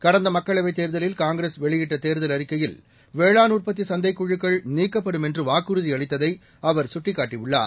கடந்த மக்களவைத் தேர்தலில் காங்கிரஸ் வெளியிட்ட தேர்தல் அறிக்கையில் வேளாண் உற்பத்தி சந்தைக் குழுக்கள் நீக்கப்படும் என்று வாக்குறுதி அளித்ததை அவர் சுட்டிக்காட்டியுள்ளார்